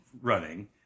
running